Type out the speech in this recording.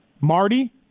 Marty